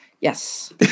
Yes